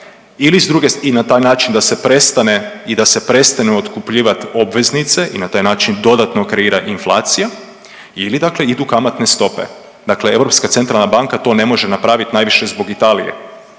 ili s druge i na taj način da se prestane i da se prestanu otkupljivati obveznice i na taj način dodatno kreira inflacija ili dakle idu kamatne stope. Dakle Europska centralna banka to ne može napraviti najviše zbog Italije,